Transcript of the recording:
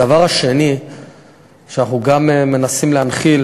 הדבר השני שאנחנו מנסים להנחיל,